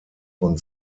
von